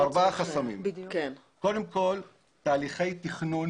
יש ארבעה חסמים: קודם כול תהליכי תכנון